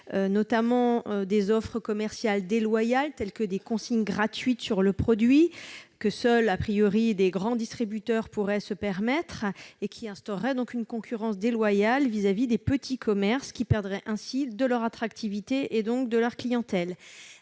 notamment d'éventuelles offres commerciales déloyales, telles des consignes gratuites sur le produit que seuls, a priori, de grands distributeurs pourraient se permettre, et qui instaureraient une concurrence déloyale envers les petits commerces, lesquels perdraient ainsi de leur attractivité, et donc de leur clientèle.